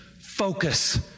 focus